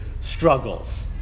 struggles